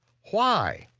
why?